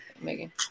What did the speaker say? Megan